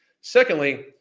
Secondly